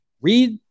read